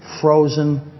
frozen